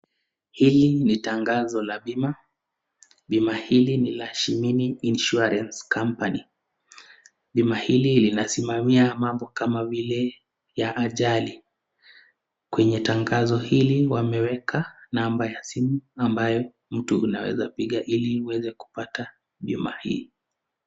Hili ni tangazo la bima. Bima hili ni la Shimini Insurance Company . Bima hili linasimamia mambo kama vile ya ajali. Kwenye tangazo hili wameweka namba ya simu ambayo mtu unaweza piga ili uweze kupata bima hii.